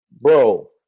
bro